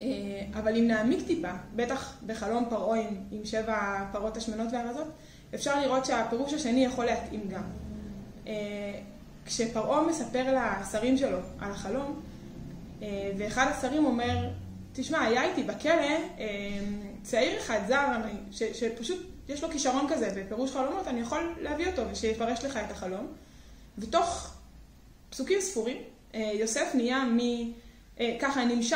אבל אם נעמיק טיפה, בטח בחלום פרעה עם שבע הפרות השמנות והרזות, אפשר לראות שהפירוש השני יכול להתאים גם. כשפרעה מספר לשרים שלו על החלום ואחד השרים אומר, תשמע, הייתי בכלא צעיר אחד זר, שפשוט יש לו כישרון כזה בפירוש חלומות, אני יכול להביא אותו ושיפרש לך את החלום. ותוך פסוקים ספורים יוסף נהיה מככה...